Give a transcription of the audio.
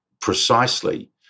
precisely